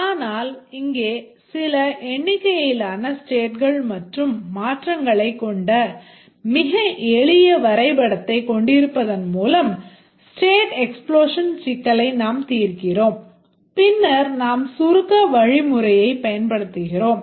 ஆனால் இங்கே சில எண்ணிக்கையிலான stateகள் மற்றும் மாற்றங்களைக் கொண்ட மிக எளிய வரைபடத்தைக் கொண்டிருப்பதன் மூலம் ஸ்டேட் எக்ஸ்ப்ளோஷன் சிக்கலை நாம் தீர்க்கிறோம் பின்னர் நாம் சுருக்க வழிமுறையைப் பயன்படுத்துகிறோம்